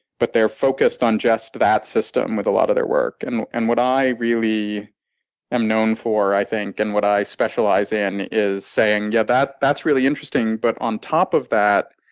but they're focused on just that system with a lot of their work. and and what i really am known for, i think, and what i specialize in is saying, yeah that's really interesting. but on top of that,